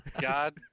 God